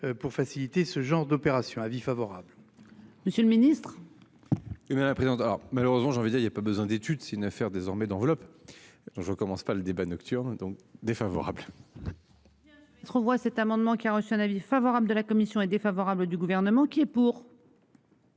pour faciliter ce genre d'opération. Avis favorable. Monsieur le Ministre. Bien la présidente. Malheureusement, j'ai envie envoyé il y a pas besoin d'étude, c'est une affaire désormais d'enveloppe. Donc, je ne commence pas le débat, nocturne donc défavorable. Cet amendement qui a reçu un avis favorable de la commission est défavorable du gouvernement qui. Pour.